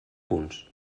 punts